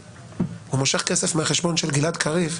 הוא מושך כסף מהחשבון של גלעד קריב,